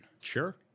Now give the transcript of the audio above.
Sure